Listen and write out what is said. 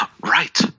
Right